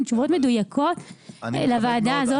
עם תשובות מדויקות לוועדה הזאת.